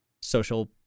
social